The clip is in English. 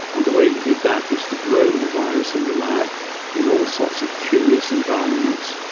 and the way he did that was to grow the virus in the lab in all sorts of curious environments,